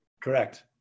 correct